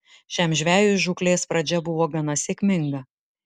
šiam žvejui žūklės pradžia buvo gana sėkminga